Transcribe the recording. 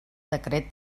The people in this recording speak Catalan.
decret